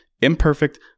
Imperfect